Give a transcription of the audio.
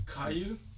Caillou